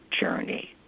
journey